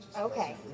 Okay